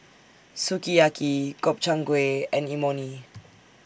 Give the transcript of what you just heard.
Sukiyaki Gobchang Gui and Imoni